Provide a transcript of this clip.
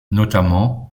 notamment